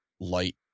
light